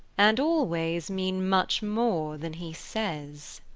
and always mean much more than he says.